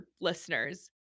listeners